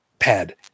pad